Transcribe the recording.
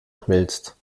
schmilzt